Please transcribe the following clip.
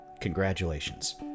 congratulations